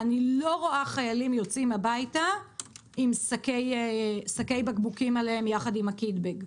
אני לא רואה חיילים יוצאים הביתה עם שקי בקבוקים עליהם יחד עם הקיטבג.